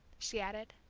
she added.